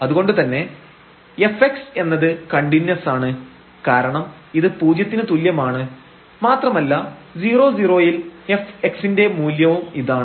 അതുകൊണ്ടുതന്നെ fx എന്നത് continuous ആണ് കാരണം ഇത് പൂജ്യത്തിന് തുല്യമാണ് മാത്രമല്ല 00 ൽ fx ന്റെ മൂല്യവും ഇതാണ്